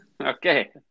Okay